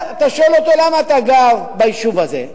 אתה שואל אותו: למה אתה גר ביישוב הזה?